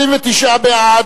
29 בעד,